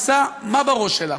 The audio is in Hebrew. עושה מה בראש שלה.